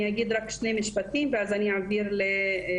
אני אגיד רק שני משפטים ואז אני אעביר- -- בכייף,